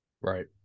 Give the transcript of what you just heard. Right